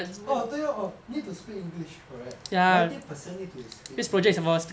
oh 对 oh need to speak english correct ninety percent need to speak english